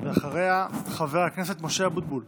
אחריה, חבר הכנסת משה אבוטבול.